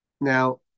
Now